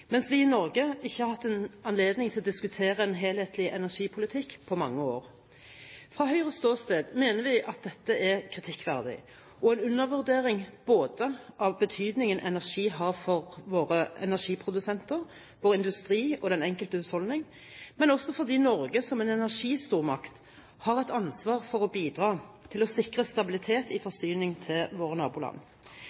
mens vi i Norge ikke har hatt anledning til å diskutere en helhetlig energipolitikk på mange år. Fra Høyres ståsted mener vi at dette er kritikkverdig og en undervurdering både av betydningen energi har for våre energiprodusenter, vår industri og den enkelte husholdning, og også det at Norge som en energistormakt har et ansvar for å bidra til å sikre stabilitet i